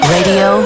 Radio